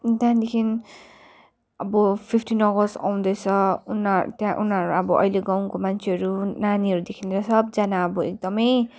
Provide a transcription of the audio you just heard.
त्यहाँदेखि अब फिफ्टिन अगस्त आउँदैछ उनीहरू त्यहाँ उनीहरू अब अहिले गाउँको मान्छेहरू नानीहरूदेखि लिएर सबजना अब एकदमै